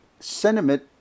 Sentiment